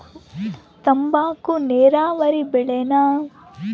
ತಂಬಾಕು ನೇರಾವರಿ ಬೆಳೆನಾ?